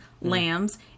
lambs